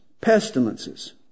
pestilences